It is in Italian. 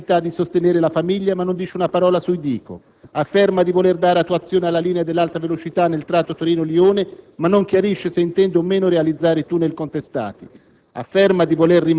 Afferma la necessità di sostenere la famiglia, ma non dice una parola sui Dico. Afferma di voler dare attuazione alla linea dell'alta velocità nel tratto Torino-Lione, ma non chiarisce se intende o meno realizzare i tunnel contestati.